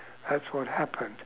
that's what happened